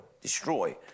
destroy